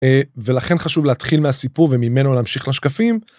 ולכן חשוב להתחיל מהסיפור וממנו להמשיך לשקפים.